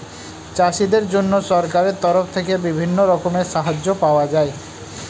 চাষীদের জন্য সরকারের তরফ থেকে বিভিন্ন রকমের সাহায্য পাওয়া যায়